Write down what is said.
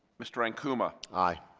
mr ankuma aye.